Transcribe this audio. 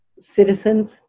citizens